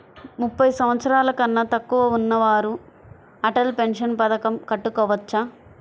ముప్పై సంవత్సరాలకన్నా తక్కువ ఉన్నవారు అటల్ పెన్షన్ పథకం కట్టుకోవచ్చా?